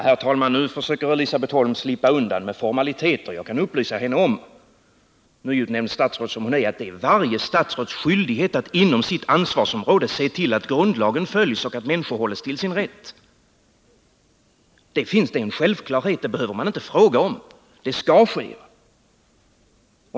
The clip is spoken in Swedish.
Herr talman! Nu försöker Elisabet Holm slippa undan med formaliteter. Jag kan upplysa henne om — nyutnämnt statsråd som hon är — att det är varje statsråds skyldighet att inom sitt ansvarsområde se till att grundlagen följs och att människor får sin rätt. Det är en självklarhet. Man behöver inte fråga huruvida det skall ske.